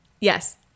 Yes